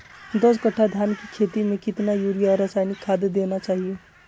दस कट्टा धान की खेती में कितना यूरिया रासायनिक खाद देना चाहिए?